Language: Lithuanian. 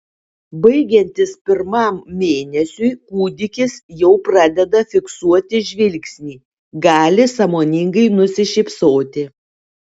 baigiantis pirmam mėnesiui kūdikis jau pradeda fiksuoti žvilgsnį gali sąmoningai nusišypsoti